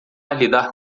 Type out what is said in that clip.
lidar